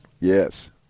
Yes